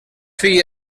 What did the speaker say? fill